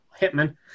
Hitman